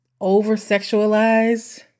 over-sexualized